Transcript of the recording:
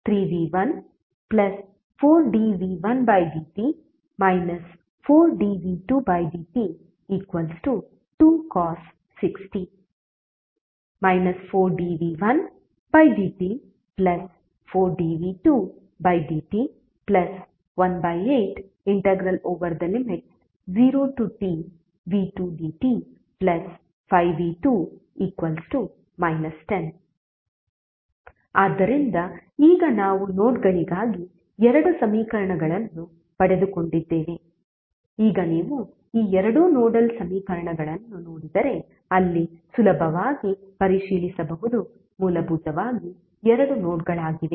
3v14dv1dt 4dv2dt2cos 6t 4dv1dt4dv2dt180tv2dt5v2 10 ಆದ್ದರಿಂದ ಈಗ ನಾವು ನೋಡ್ಗಳಿಗಾಗಿ ಎರಡು ಸಮೀಕರಣಗಳನ್ನು ಪಡೆದುಕೊಂಡಿದ್ದೇವೆ ಈಗ ನೀವು ಈ ಎರಡು ನೋಡಲ್ ಸಮೀಕರಣಗಳನ್ನು ನೋಡಿದರೆ ಅಲ್ಲಿ ಸುಲಭವಾಗಿ ಪರಿಶೀಲಿಸಬಹುದು ಮೂಲಭೂತವಾಗಿ ಎರಡು ನೋಡ್ಗಳಾಗಿವೆ